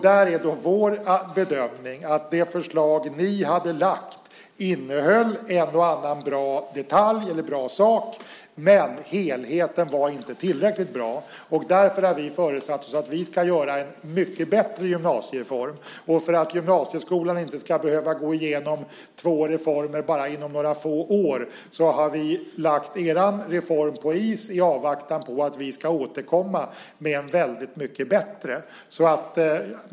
Där är vår bedömning att det förslag ni hade lagt fram visserligen innehöll en och annan bra detalj eller bra sak, men helheten var inte tillräckligt bra. Därför har vi föresatt oss att göra en mycket bättre gymnasiereform, och för att gymnasieskolan inte ska behöva gå igenom två reformer på bara några få år har vi lagt er reform på is i avvaktan på att vi ska återkomma med en väldigt mycket bättre.